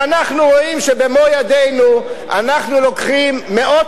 ואנחנו רואים שבמו-ידינו אנחנו לוקחים מאות